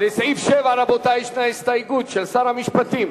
לסעיף 7, רבותי, יש הסתייגות של שר המשפטים.